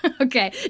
Okay